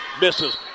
misses